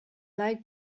like